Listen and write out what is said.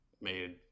made